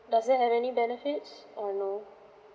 does it have any benefit or no